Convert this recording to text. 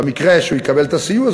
במקרה שהוא יקבל את הסיוע,